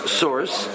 source